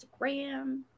Instagram